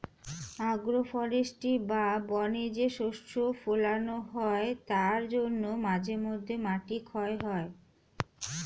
agro forestry বা বনে যে শস্য ফোলানো হয় তার জন্য মাঝে মধ্যে মাটি ক্ষয় হয়